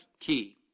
key